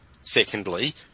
Secondly